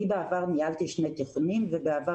בעבר ניהלתי שני בתי ספר תיכוניים ובעבר